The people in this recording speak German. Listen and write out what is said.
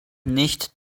nicht